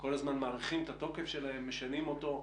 כל הזמן מאריכים את התוקף שלהן, משנים אותו.